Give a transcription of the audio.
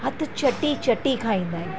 हथ चटी चटी खाईंदा आहिनि